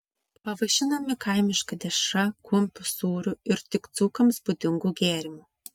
pavaišinami kaimiška dešra kumpiu sūriu ir tik dzūkams būdingu gėrimu